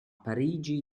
parigi